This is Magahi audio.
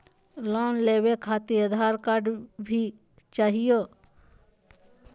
लोन लेवे खातिरआधार कार्ड भी चाहियो?